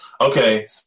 Okay